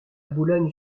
boulogne